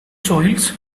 soils